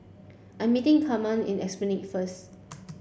I'm meeting Kamren in Esplanade first